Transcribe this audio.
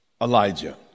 Elijah